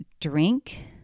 drink